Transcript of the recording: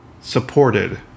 supported